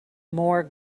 more